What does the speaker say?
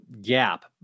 gap